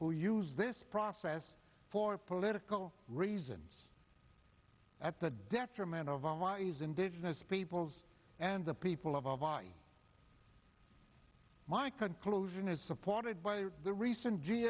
who use this process for political reasons at the detriment of our why is indigenous peoples and the people of why my conclusion is supported by the recent g